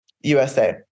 USA